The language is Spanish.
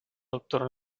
doctoró